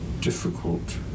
difficult